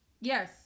Yes